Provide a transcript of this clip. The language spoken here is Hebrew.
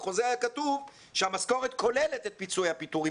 בחוזה היה כתוב שהמשכורת כוללת את פיצויי הפיטורים.